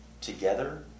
together